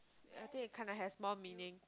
I think it kind of has more meaning